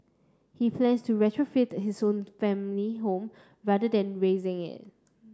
he plans to retrofit his own family home rather than razing it